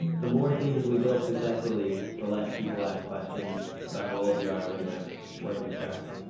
the more things we build successfully, the less people ask questions about how old you are when you have working trucks.